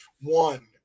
one